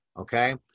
okay